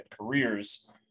careers